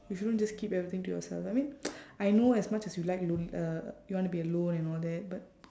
you shouldn't just keep everything to yourself I mean I know as much as you like lone~ uh you wanna be alone and all that but